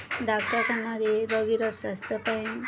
ଡାକ୍ତରଖାନାରେ ରୋଗୀର ସ୍ୱାସ୍ଥ୍ୟ ପାଇଁ